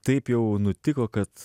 taip jau nutiko kad